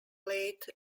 late